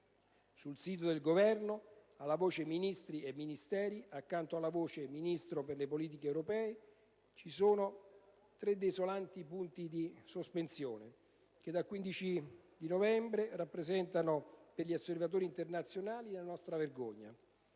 Sul sito del Governo alla voce Ministri e Ministeri, accanto alla voce «Ministro per le politiche europee», ci sono tre desolanti punti di sospensione, che dal 15 novembre rappresentano per gli osservatori internazionali la nostra vergogna.